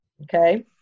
Okay